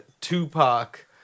Tupac